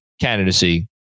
candidacy